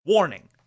Warning